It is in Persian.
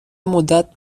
مدت